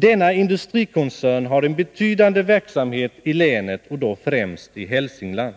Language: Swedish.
Denna industrikoncern har en betydande verksamhet i länet, och då främst i Hälsingland.